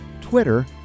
Twitter